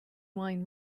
wine